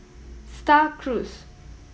Star Cruise